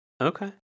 Okay